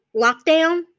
lockdown